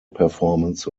performance